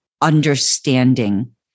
understanding